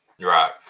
Right